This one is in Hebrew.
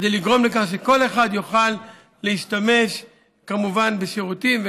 כדי לגרום לכך שכל אחד יוכל להשתמש כמובן בשירותים,